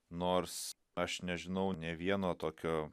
nors aš nežinau nė vieno tokio